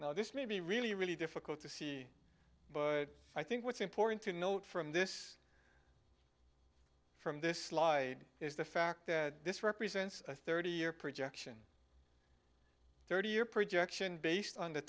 now this may be really really difficult to see but i think what's important to note from this from this slide is the fact that this represents a thirty year projection thirty year projection based on the